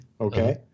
okay